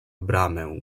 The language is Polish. bramę